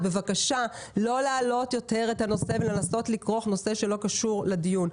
בבקשה לא להעלות יותר את הנושא ולנסות לכרוך נושא שלא קשור לדיון.